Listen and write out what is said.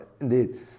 indeed